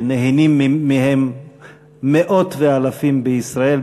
שנהנים מהם מאות ואלפים בישראל,